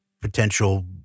potential